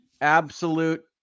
absolute